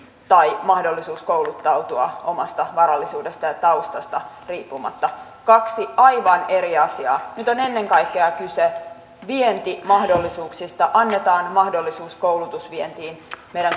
tai mahdollisuus kouluttautua omasta varallisuudesta ja taustasta riippumatta kaksi aivan eri asiaa nyt on ennen kaikkea kyse vientimahdollisuuksista annetaan mahdollisuus koulutusvientiin meidän